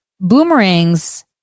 boomerangs